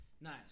nice